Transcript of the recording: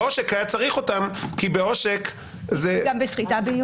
בעושק היה צריך אותן כי בעושק זה --- גם בסחיטה באיומים.